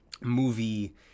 movie